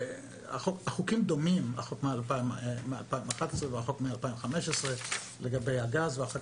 החוק מ-2011 והחוק מ-2015 דומים לגבי הגז ואחרי